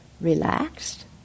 relaxed